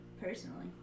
personally